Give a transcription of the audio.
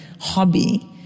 hobby